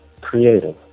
creative